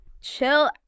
chill